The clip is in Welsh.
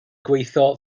gweithio